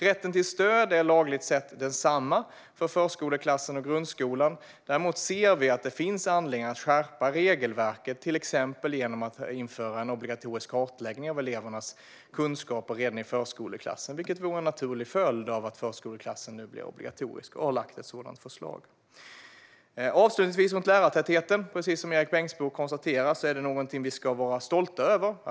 Rätten till stöd är lagligt sett densamma för förskoleklassen och grundskolan. Däremot ser vi att det finns anledning att skärpa regelverket, till exempel genom att införa en obligatorisk kartläggning av elevernas kunskaper redan i förskoleklassen, vilket vore en naturlig följd av att förskoleklassen nu blir obligatorisk. Ett sådant förslag har lagts fram. Avslutningsvis är lärartätheten, precis som Erik Bengtzboe konstaterar, något som vi ska vara stolta över.